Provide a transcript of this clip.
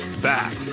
back